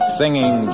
singing